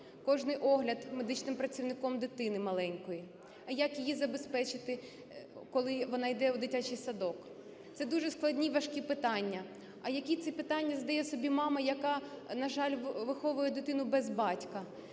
кожен огляд медичним працівником дитини маленької? А як її забезпечити, коли вона іде в дитячий садок? Це дуже складні, важкі питання. А як ці питання задає собі мама, яка, на жаль, виховує дитину без батька?